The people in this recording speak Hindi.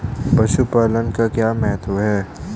पशुपालन का क्या महत्व है?